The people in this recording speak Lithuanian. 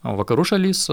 o vakarų šalys